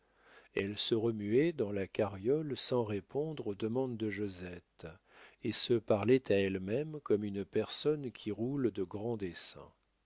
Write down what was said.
elle se remuait dans la carriole sans répondre aux demandes de josette et se parlait à elle-même comme une personne qui roule de grands desseins